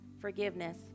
forgiveness